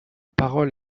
parole